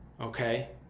okay